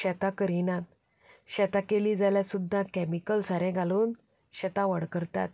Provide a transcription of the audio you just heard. शेतां करिनात शेतां केलीं जाल्यार सुद्दा कॅमीकल सारें घालून शेतां व्हड करतात